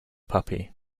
puppy